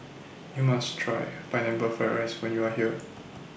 YOU must Try Pineapple Fried Rice when YOU Are here